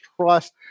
trust